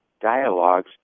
dialogues